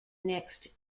next